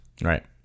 Right